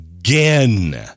Again